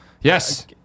Yes